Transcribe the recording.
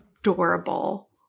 adorable